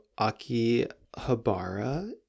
Akihabara